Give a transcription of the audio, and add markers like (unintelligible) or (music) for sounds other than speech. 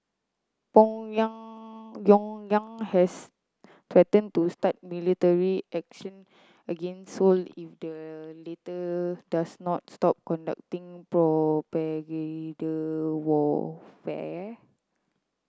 (unintelligible) has threaten to start military action against Seoul if the latter does not stop conducting propaganda warfare